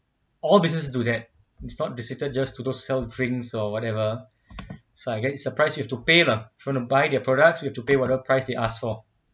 all businesses do that it's not restricted just to those sell drinks or whatever so again surprise you have to pay lah if you want to buy their products you have to pay whatever price they ask for